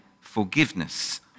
forgiveness